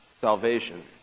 salvation